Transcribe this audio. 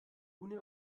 ohne